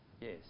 Yes